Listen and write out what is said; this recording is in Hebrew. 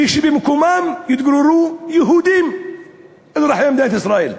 ושבמקומם יתגוררו יהודים אזרחי מדינת ישראל.